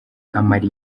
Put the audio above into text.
amara